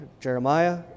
Jeremiah